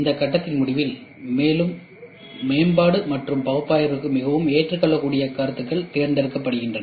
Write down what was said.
இந்த கட்டத்தின் முடிவில் மேலும் மேம்பாடு மற்றும் பகுப்பாய்விற்கு மிகவும் ஏற்றுக்கொள்ளக்கூடிய கருத்து தேர்ந்தெடுக்கப்படுகிறது